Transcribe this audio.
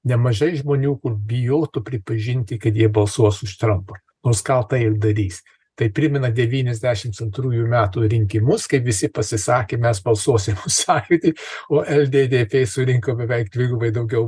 nemažai žmonių kur bijotų pripažinti kad jie balsuos už trampą nors gal tą ir darys tai primena devyniasdešimts antrųjų metų rinkimus kaip visi pasisakė mes balsuosim sąjūdį o lddp surinko beveik dvigubai daugiau